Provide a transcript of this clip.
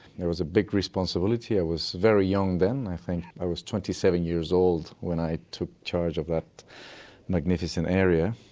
there was a big responsibility, i was very young then, i think i was twenty seven years old when i took charge of that magnificent area,